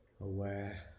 Aware